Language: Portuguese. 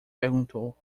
perguntou